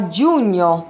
giugno